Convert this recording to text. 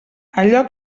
allò